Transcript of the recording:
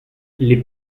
les